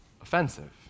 offensive